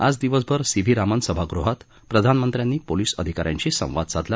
आज दिवसभर C V Raman सभागृहात प्रधानमंत्र्यांनी पोलीस अधिका याशी संवाद साधला